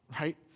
right